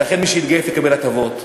ולכן מי שיתגייס יקבל הטבות,